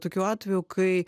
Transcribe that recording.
tokių atvejų kai